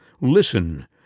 Listen